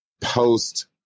post